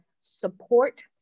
support